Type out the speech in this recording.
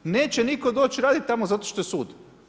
Neće nitko doći raditi tamo zato što je sud.